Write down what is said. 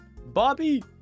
Bobby